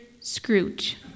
Scrooge